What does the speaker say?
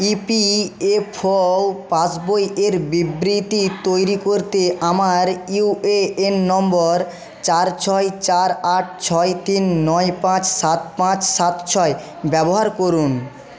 EPFO pass বইয়ের বিবৃতি তৈরি করতে আমার ইউএএন নম্বর চার ছয় চার আট ছয় তিন নয় পাঁচ সাত পাঁচ সাত ছয় ব্যবহার করুন